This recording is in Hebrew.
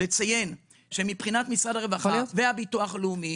לציין שמבחינת משרד הרווחה והביטוח הלאומי